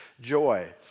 joy